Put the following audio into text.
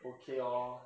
okay orh